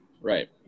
Right